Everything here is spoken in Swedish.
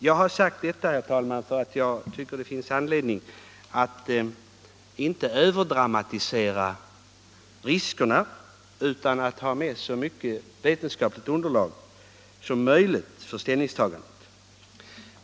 Jag har sagt detta, herr talman, därför att jag tycker att man inte skall överdriva riskerna. Man bör i stället ha så mycket vetenskapligt underlag som möjligt för sitt ställningstagande.